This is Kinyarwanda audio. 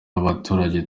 n’abaturage